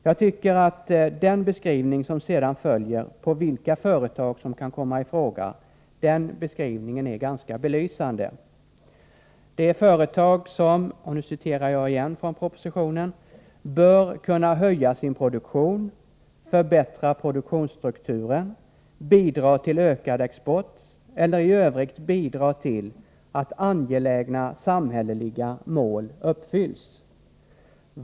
Jag tycker att den beskrivning som sedan följer, på vilka företag som kan komma i fråga, är ganska belysande: Det är företag som — och nu citerar jag åter från propositionen — ”bör kunna höja sin produktion, förbättra produktionsstrukturen, bidra till ökad export eller i övrigt bidra till att angelägna samhälleliga mål uppfylls”.